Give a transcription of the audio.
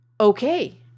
okay